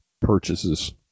purchases